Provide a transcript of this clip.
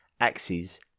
axes